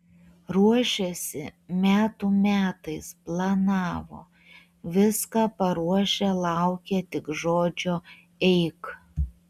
ruošėsi metų metais planavo viską paruošę laukė tik žodžio eik